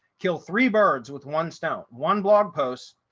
kill three birds with one stone one blog post,